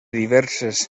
diverses